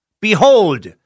behold